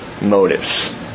motives